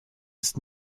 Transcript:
ist